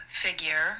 figure